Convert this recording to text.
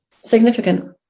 significant